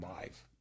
live